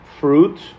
fruit